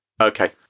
Okay